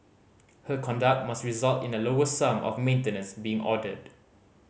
her conduct must result in a lower sum of maintenance being ordered